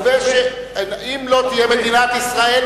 אם לא תהיה מדינת ישראל,